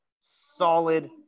solid